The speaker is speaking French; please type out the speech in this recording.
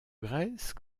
grèce